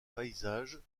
paysages